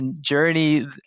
journey